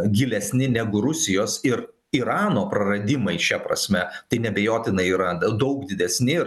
gilesni negu rusijos ir irano praradimai šia prasme tai neabejotinai yra daug didesni ir